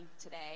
today